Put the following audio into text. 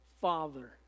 Father